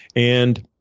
and